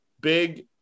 big